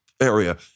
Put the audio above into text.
area